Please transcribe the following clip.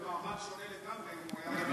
זה מעמד שונה לגמרי אם הוא היה מדבר פה.